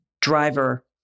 driver